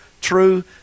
True